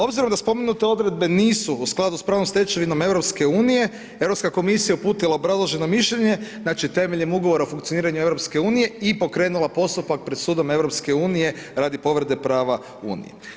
Obzirom da spomenute odredbe nisu u skladu s pravnom stečevinom EU, Europska komisija uputila obrazloženo mišljenje, znači temeljem Ugovora o funkcioniranju EU i pokrenula postupak pred Sudom EU radi povrede prava Unije.